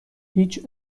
هیچ